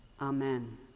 amen